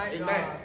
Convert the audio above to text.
Amen